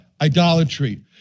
idolatry